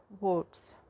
votes